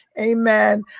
Amen